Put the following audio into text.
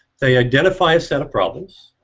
they identify set of problems,